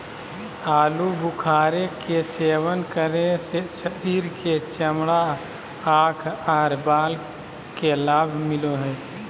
आलू बुखारे के सेवन करे से शरीर के चमड़ा, आंख आर बाल के लाभ मिलो हय